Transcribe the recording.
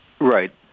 Right